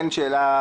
אין שאלה,